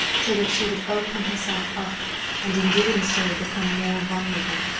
so that she would open herself up and in doing so become more vulnerable.